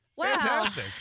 Fantastic